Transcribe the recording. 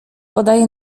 podaje